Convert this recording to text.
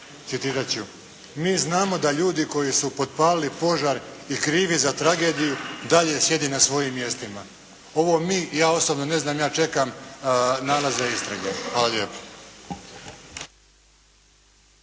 citirat ću: «Mi znamo da ljudi koji su potpalili požar i krivi za tragediju dalje sjede na svojim mjestima.» Ovo mi ja osobno ne znam. Ja čekam nalaze istrage. Hvala lijepo.